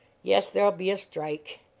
yes, there'll be a strike,